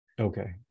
Okay